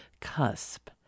Cusp